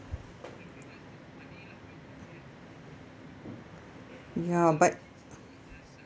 ya but